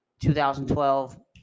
2012